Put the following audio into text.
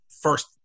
first